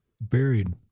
Buried